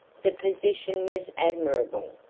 the position was admirable,